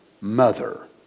mother